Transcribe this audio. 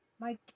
Mike